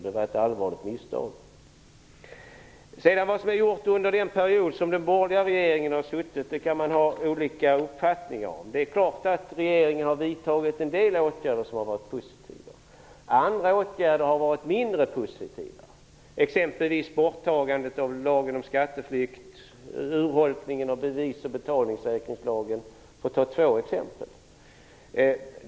Det var ett allvarligt misstag. Vad som har gjorts under den period som den borgerliga regeringen har suttit kan man ha olika uppfattning om. Det är klart att regeringen har vidtagit en del åtgärder som har varit positiva. Andra åtgärder har varit mindre positiva, exempelvis borttagandet av lagen om skatteflykt, urholkningen av bevis och betalningssäkringslagen, för att ta två exempel.